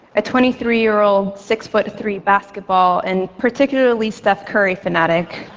a twenty three year old, six-foot-three basketball, and particularly steph curry, fanatic